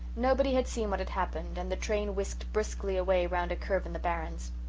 nobody had seen what had happened and the train whisked briskly away round a curve in the barrens.